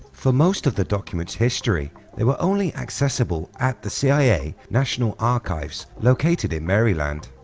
for most of the documents history there were only accessible at the cia national archives located in maryland.